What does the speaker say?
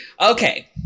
Okay